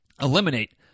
eliminate